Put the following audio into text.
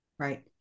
Right